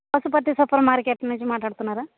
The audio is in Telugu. పశుపతి సూపర్ మార్కెట్ నుంచి మాట్లాడుతున్నారా